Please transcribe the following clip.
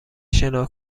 شنا